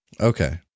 Okay